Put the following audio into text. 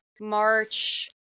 March